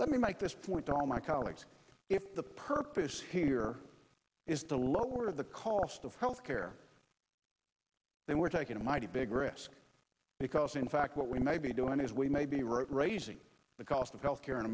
let me make this point to all my colleagues if the purpose here is to lower the cost of health care they were taking a mighty big risk because in fact what we may be doing is we may be right raising the cost of health care in